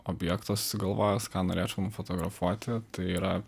objekto susigalvojęs ką norėtum nufotografuoti tai yra